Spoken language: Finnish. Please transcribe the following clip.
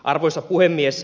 arvoisa puhemies